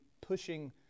pushing